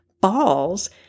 balls